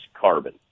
Carbon